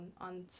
on